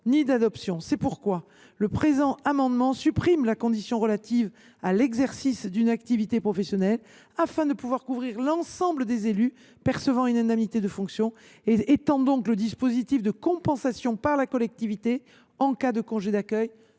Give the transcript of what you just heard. et d’adoption. C’est pourquoi cet amendement vise à supprimer la condition relative à l’exercice d’une activité professionnelle afin de couvrir l’ensemble des élus percevant une indemnité de fonction et à étendre le dispositif de compensation par la collectivité en cas de congé d’accueil